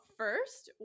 first